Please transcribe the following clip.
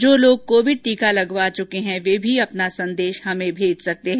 जो लोग कोविड टीका लगवा चुके हैं ये भी अपना संदेश भेज सकते हैं